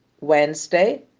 Wednesday